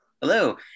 Hello